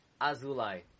Azulai